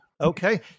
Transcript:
Okay